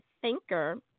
thinker